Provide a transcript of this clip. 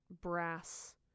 brass